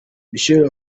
michelle